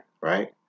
right